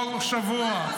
כל שבוע,